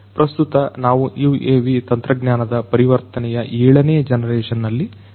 ಪ್ರಸ್ತುತವಾಗಿ ನಾವು UAV ತಂತ್ರಜ್ಞಾನದ ಪರಿವರ್ತನೆಯ ಏಳನೇ ಜನರೇಶನ್ ಅಲ್ಲಿ ಇದ್ದೇವೆ